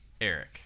Eric